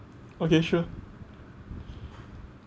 okay sure